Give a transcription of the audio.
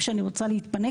כשאני רוצה להתפנק,